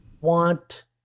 want